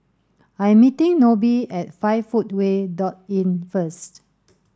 I am meeting Nobie at five footway dot Inn first